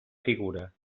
figura